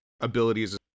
abilities